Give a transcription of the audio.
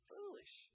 Foolish